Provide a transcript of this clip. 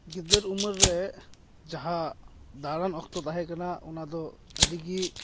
ᱜᱤᱫᱟᱹᱨ ᱩᱢᱮᱨ ᱨᱮ ᱡᱟᱦᱟᱸ ᱫᱟᱬᱟᱱ ᱚᱠᱛᱚ ᱛᱟᱦᱮᱸ ᱠᱟᱱᱟ ᱚᱱᱟ ᱫᱚ ᱟᱹᱰᱤ ᱜᱮ